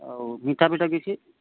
ଆଉ ମିଠା ପିଠା କିଛି